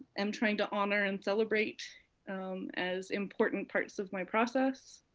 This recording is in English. i'm trying to honor and celebrate as important parts of my process.